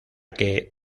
que